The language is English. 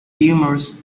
tumors